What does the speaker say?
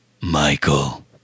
michael